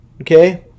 Okay